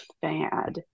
fad